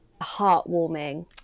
Heartwarming